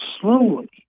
slowly